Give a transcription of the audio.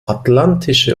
atlantische